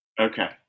Okay